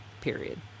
Period